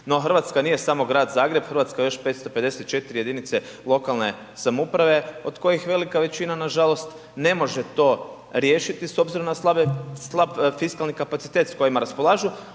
No Hrvatska nije samo Grad Zagreb, Hrvatska je još 554 jedinice lokalne samouprave od kojih velika većina nažalost ne može to riješiti s obzirom na slabe, slab fiskalni kapacitet s kojima raspolažu,